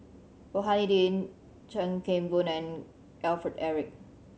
Rohani Din Chuan Keng Boon and Alfred Eric